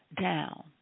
down